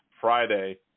Friday